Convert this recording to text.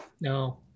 no